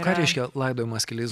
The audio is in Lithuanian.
ką reiškia laidojimas keliais